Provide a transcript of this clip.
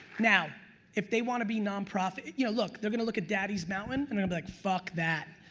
now if they want to be nonprofit, you know look they're gonna look at daddy's mountain and they'll be like fuck that,